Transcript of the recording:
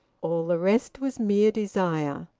all the rest was mere desire.